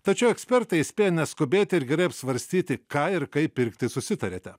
tačiau ekspertai įspėja neskubėti ir gerai apsvarstyti ką ir kaip pirkti susitariate